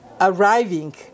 arriving